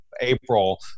April